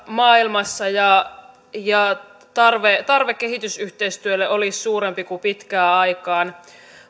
maailmassa ja ja tarve tarve kehitysyhteistyölle olisi suurempi kuin pitkään aikaan